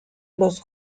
los